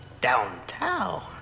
downtown